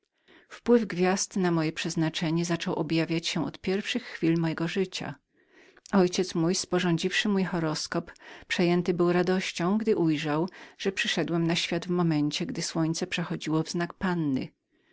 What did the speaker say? wpływ gwiazd na moje przeznaczenie zaczął objawiać się od pierwszych chwil mego życia ojciec mój wyciągnąwszy mój horoskop przejęty był radością gdy ujrzał że przyszedłem na świat właśnie gdy słońce przechodziło w znak panny